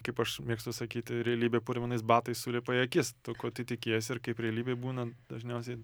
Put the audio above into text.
kaip aš mėgstu sakyti realybė purvinais batais sulipa į akis to ko tu tikiesi ir kaip realybėj būna dažniausiai